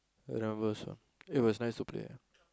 very nervous ah it was nice to play ah